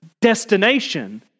destination